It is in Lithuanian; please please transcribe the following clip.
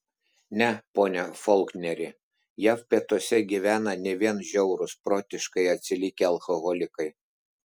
ne pone folkneri jav pietuose gyvena ne vien žiaurūs protiškai atsilikę alkoholikai